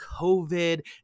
COVID